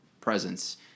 presence